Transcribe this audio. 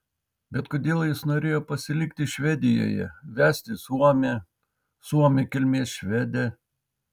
bet kodėl jis norėjo pasilikti švedijoje vesti suomę suomių kilmės švedę